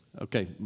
Okay